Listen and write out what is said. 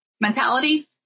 mentality